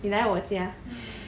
你来我家